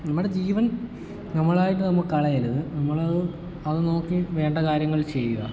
നമ്മുടെ ജീവൻ നമ്മളായിട്ട് കളയരുത് നമ്മളത് നോക്കി വേണ്ട കാര്യങ്ങൾ ചെയ്യുക